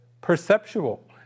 perceptual